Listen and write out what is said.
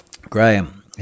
Graham